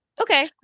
okay